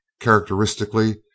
Characteristically